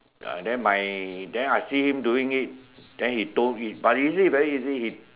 uh then my then I see him doing it then he told but he say it's very easy he